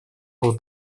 был